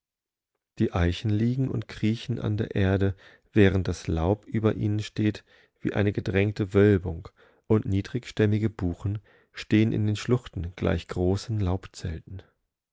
die eichen liegen und kriechen an der erde während das laub über ihnen steht wie eine gedrängte wölbung und niedrigstämmige buchen stehen in den schluchten gleichgroßenlaubzelten